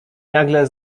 nagle